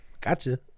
Gotcha